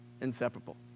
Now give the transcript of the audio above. inseparable